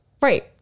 Right